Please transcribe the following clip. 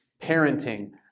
parenting